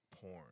porn